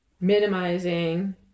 minimizing